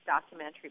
documentary